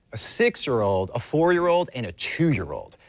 a six year old, a four year old, and a two year old.